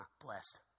blessed